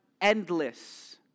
endless